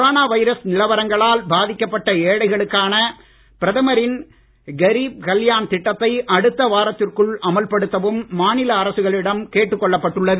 corona virus நிலவரங்களால் பாதிக்கப்பட்ட ஏழைகளுக்கான பிரதமரின் கரீப் கல்யாண் திட்டத்தை அடுத்த வாரத்திற்குள் அமல்படுத்தவும் மாநில அரசுகளிடம் கேட்டுக் கொள்ளப்பட்டு உள்ளது